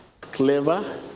clever